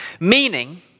Meaning